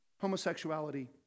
homosexuality